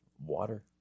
water